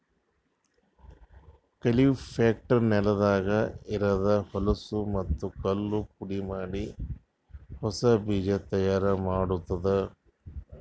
cultipacker ನೆಲದಾಗ ಇರದ್ ಹೊಲಸೂ ಮತ್ತ್ ಕಲ್ಲು ಪುಡಿಮಾಡಿ ಹೊಸಾ ಬೀಜ ತೈಯಾರ್ ಮಾಡ್ತುದ